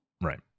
Right